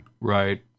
right